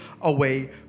away